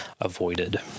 avoided